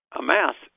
amass